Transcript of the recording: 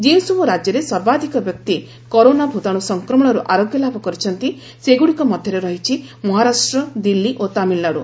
ଯେଉଁସବୁ ରାଜ୍ୟରେ ସର୍ବାଧିକ ବ୍ୟକ୍ତି କରୋନା ଭୂତାଣୁ ସଂକ୍ରମଣରୁ ଆରୋଗ୍ୟ ଲାଭ କରିଛନ୍ତି ସେଗ୍ରଡ଼ିକ ମଧ୍ୟରେରହିଛି ମହାରାଷ୍ଟ୍ର ଦିଲ୍ଲୀ ଓ ତାମିଲନାଡୁ